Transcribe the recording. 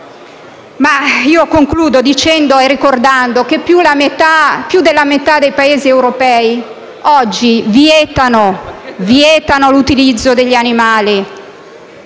un orrore. Concludo ricordando che più della metà dei Paesi europei oggi vieta l'utilizzo degli animali